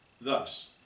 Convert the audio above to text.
Thus